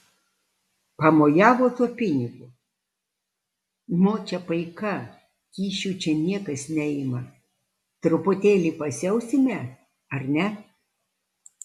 pamojavo tuo pinigu močia paika kyšių čia niekas neima truputėlį pasiausime ar ne